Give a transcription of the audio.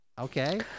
Okay